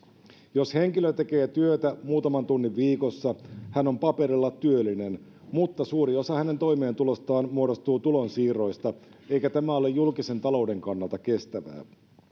jos henkilö tekee työtä muutaman tunnin viikossa hän on paperilla työllinen mutta suuri osa hänen toimeentulostaan muodostuu tulonsiirroista eikä tämä ole julkisen talouden kannalta kestävää